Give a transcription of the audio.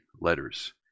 letters